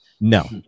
no